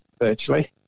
virtually